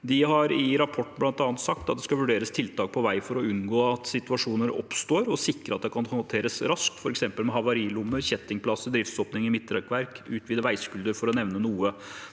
De har i rapport bl.a. sagt at det skal vurderes tiltak på vei for å unngå at situasjoner oppstår og sikre at det kan håndteres raskt, f.eks. med havarilommer, kjettingplass, driftsåpning i midtrekkverk og utvidet veiskulder – for å nevne noe.